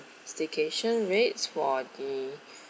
staycation rates for the